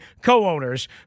co-owners